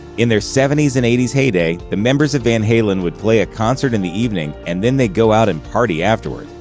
in their seventy s and eighty s heyday, the members of van halen would play a concert in the evening, and then they'd go out and party afterward.